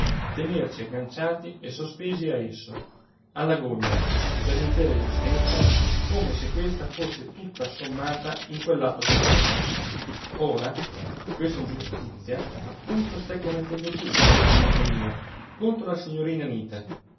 tenerci agganciati e sospesi a esso alla gogna per l'intera esistenza come se questa fosse tutta assommata in quell'atto solo ora questa ingiustizia appunto stai commettendo tu amico mio contro la signorina anita